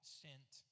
sent